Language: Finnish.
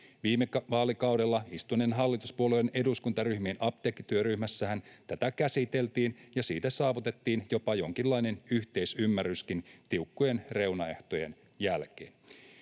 Viime vaalikaudella istuneiden hallituspuolueiden eduskuntaryhmien apteekkityöryhmässähän tätä käsiteltiin ja siitä saavutettiin jopa jonkinlainen yhteisymmärryskin tiukkojen reunaehtojen jälkeen.